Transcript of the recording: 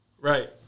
right